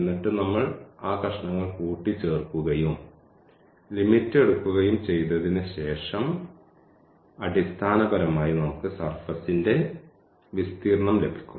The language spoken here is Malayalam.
എന്നിട്ട് നമ്മൾ ആ കഷണങ്ങൾ കൂട്ടിച്ചേർക്കുകയും ലിമിറ്റ് എടുക്കുകയും ചെയ്തതിനുശേഷം അടിസ്ഥാനപരമായി നമുക്ക് സർഫസ്ന്റെ വിസ്തീർണ്ണം ലഭിക്കും